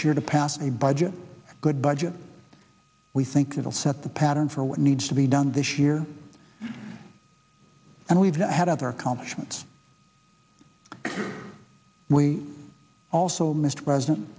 year to pass a budget good budget we think that will set the pattern for what needs to be done this year and we've had other accomplishments we also mr